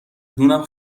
دونم